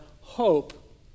hope